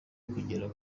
kugera